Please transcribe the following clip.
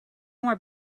more